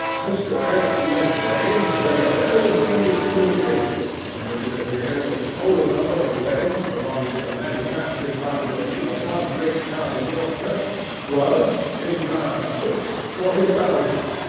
mr. x. ledbrain read a very ingenious communication, from which it appeared that the total number of legs belonging to the manufacturing population of one great town in yorkshire was, in round numbers, forty thousand,